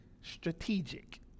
strategic